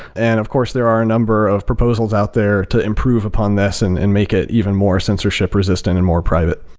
and of course, there are a number of proposals out there to improve upon this and and make it even more censorship resistant and more private.